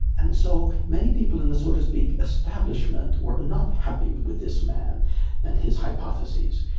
and so many people in the, so to speak, establishment were not happy with this man and his hypotheses,